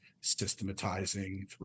systematizing